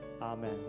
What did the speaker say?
Amen